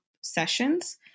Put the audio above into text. sessions